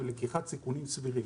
ולקיחת סיכונים סבירים.